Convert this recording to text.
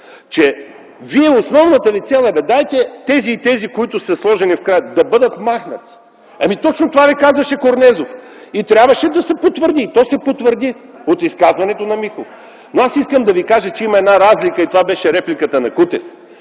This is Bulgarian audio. ГЕРБ. Основната ви цел е: абе, дайте тези и тези, които са сложени в крак, да бъдат махнати. Точно това ви казваше Корнезов и трябваше да се потвърди. То се потвърди от изказването на Михов. Аз искам да Ви кажа, че има една разлика и това беше репликата на Кутев